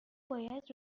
باید